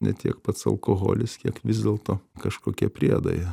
ne tiek pats alkoholis kiek vis dėlto kažkokie priedai